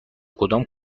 کدام